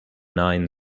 nine